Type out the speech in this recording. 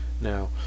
Now